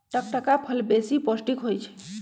टटका फल बेशी पौष्टिक होइ छइ